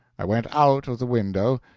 i went out of the window,